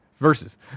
Versus